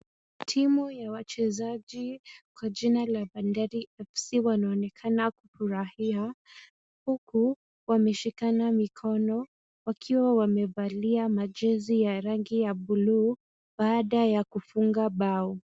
Timu ya wachezaji kwa jina la Bandari Fc wanaonekana kufurahia huku wameshikana mikono wakiwa wamevalia majezi ya rangi ya buluu baada ya kufunga bao.